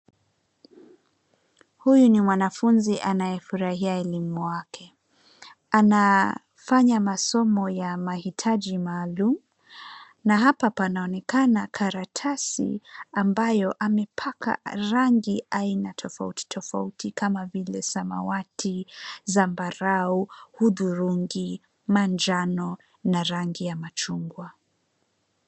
Huyu ni mwanafunzi anayefurahia elimu wake. Anafanya masomo ya mahitaji maalum na hapa panaonekana karatasi ambayo amepaka rangi aina tofauti tofauti kama vile samawati, zambarau, hudhurungi, manjano na rangi ya machungwa.